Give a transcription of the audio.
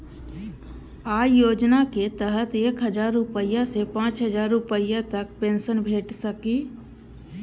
अय योजनाक तहत एक हजार रुपैया सं पांच हजार रुपैया तक पेंशन भेटि सकैए